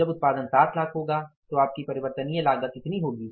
जब उत्पादन 7 लाख होगा तो आपकी परिवर्तनीय लागत इतनी होगी